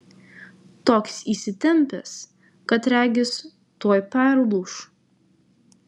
toks įsitempęs kad regis tuoj perlūš